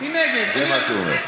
זה מה שהוא אומר.